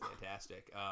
fantastic